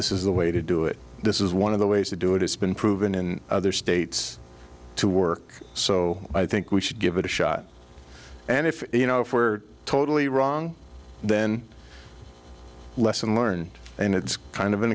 this is the way to do it this is one of the ways to do it it's been proven in other states to work so i think we should give it a shot and if you know if we're totally wrong then lesson learned and it's kind of an